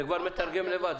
זה כבר מתרגם לבד.